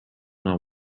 know